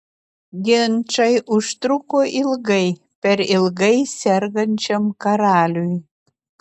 ginčai užtruko ilgai per ilgai sergančiam karaliui